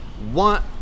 One